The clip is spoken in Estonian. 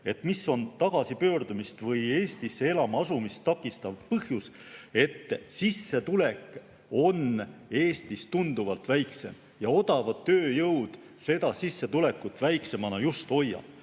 mis on tagasipöördumist või Eestisse elama asumist takistav põhjus, et sissetulek on Eestis tunduvalt väiksem. Odav tööjõud seda sissetulekut väiksemana just hoiab.